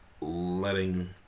letting